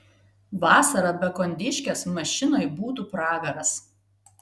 vasarą be kondiškės mašinoj būtų pragaras